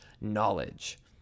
knowledge